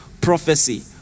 prophecy